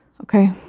Okay